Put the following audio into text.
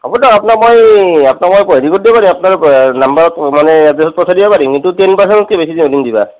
হ'ব দ্ক আপ্নাক মই আপনাক মই নাম্বাৰত মানে এড্ৰেছত পঠাই দিব পাৰিম কিন্তু টেন পাৰচেণ্টতকে বেছি নোৱাৰিম দিবা